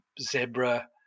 Zebra